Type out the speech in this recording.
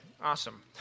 Awesome